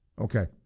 Okay